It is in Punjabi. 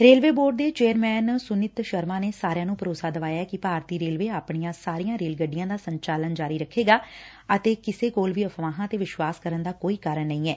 ਰੇਲਵੇ ਬੋਰਡ ਦੇ ਚੇਅਰਮੈਨ ਸੁਨੀਤ ਸ਼ਰਮਾ ਨੇ ਸਾਰਿਆਂ ਨੂੰ ਭਰੋਸਾ ਦਵਾਇਐ ਕਿ ਭਾਰਤੀ ਰੇਲਵੇ ਆਪਣੀਆਂ ਸਾਰੀਆਂ ਰੇਲ ਗੱਡੀਆਂ ਦਾ ਸੰਚਾਲਨ ਜਾਰੀ ਰੱਖੇਗਾ ਅਤੇ ਕਿਸੇ ਕੋਲ ਵੀ ਅਫ਼ਵਾਹਾਂ ਤੇ ਵਿਸ਼ਵਾਸ ਕਰਨ ਦਾ ਕੋਈ ਕਾਰਨ ਨਹੀਂ ਐ